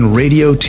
radio